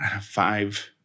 five